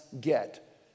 get